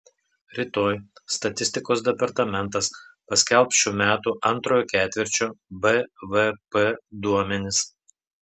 rytoj statistikos departamentas paskelbs šių metų antrojo ketvirčio bvp duomenis